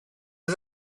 was